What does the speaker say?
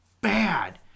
bad